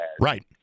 right